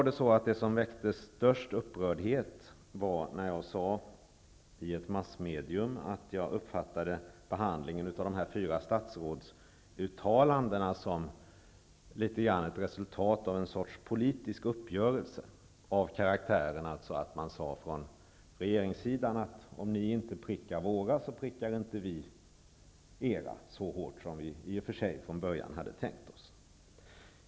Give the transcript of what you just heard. Det som väckte störst upprördhet var kanske när jag i ett massmedium sade att jag uppfattade behandlingen av de fyra statsrådsuttalandena som ett resultat av en sorts politisk uppgörelse. Regeringssidan sade: ''Om ni inte prickar våra statsråd, så prickar vi inte era så hårt som vi från början hade tänkt oss.''